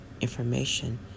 information